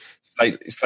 slightly